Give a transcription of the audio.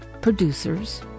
producers